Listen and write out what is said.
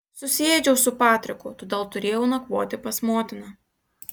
susiėdžiau su patriku todėl turėjau nakvoti pas motiną